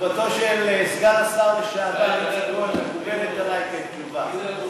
תשובתו של סגן השר לשעבר איציק כהן מקובלת עלי כתשובה.